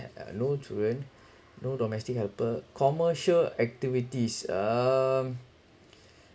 uh no children no domestic helper commercial activities uh mm